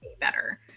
better